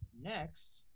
next